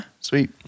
sweet